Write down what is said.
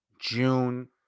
June